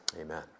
Amen